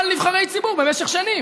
על נבחרי ציבור במשך שנים.